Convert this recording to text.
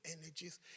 energies